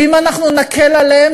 ואם אנחנו נקל עליהם,